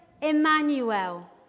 Emmanuel